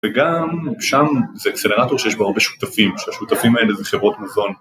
וגם שם זה אקסלרטור שיש בה הרבה שותפים, שהשותפים האלה זה חברות מזון